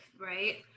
right